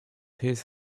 his